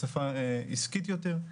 בשפה עסקית יותר.